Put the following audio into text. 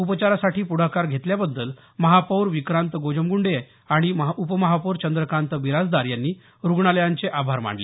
उपचारासाठी पुढाकार घेतल्याबद्दल महापौर विक्रांत गोजमगुंडे आणि उपमहापौर चंद्रकांत बिराजदार यांनी रुग्णालयांचे आभार मानले